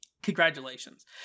Congratulations